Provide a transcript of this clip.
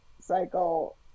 cycle